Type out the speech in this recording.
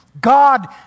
God